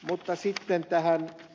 mutta sitten tähän